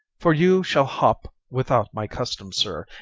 for you shall hop without my custom, sir.